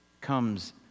comes